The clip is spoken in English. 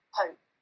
hope